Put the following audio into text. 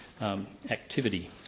Activity